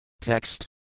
Text